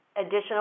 additional